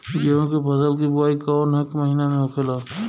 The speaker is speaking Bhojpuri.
गेहूँ के फसल की बुवाई कौन हैं महीना में होखेला?